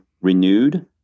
renewed